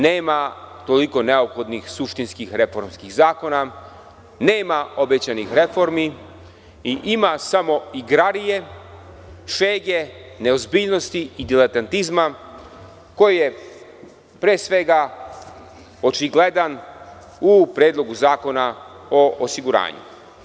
Nema toliko neophodnih suštinskih reformskih zakona, nema obećanih reformi i ima samo igrarije, šege, neozbiljnosti i dilatentizma, koji je pre svega očigledan u Predlogu zakona o osiguranju.